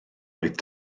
oedd